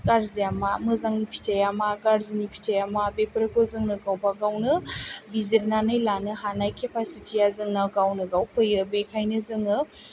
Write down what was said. गाज्रिया मा मोजांनि फिथाइया मा गाज्रिनि फिथाइया मा बेफोरखौ जोङो गावबागावनो बिजिरनानै लानो हानाय खेफासिटिया जोंना गावनो गाव फैयो बेखायनो जोङो